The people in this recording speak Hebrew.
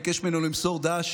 ביקש ממני למסור ד"ש